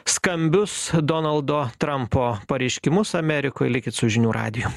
skambius donaldo trampo pareiškimus amerikoj likit su žinių radiju